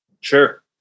Sure